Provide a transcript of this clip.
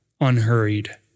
unhurried